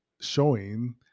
showing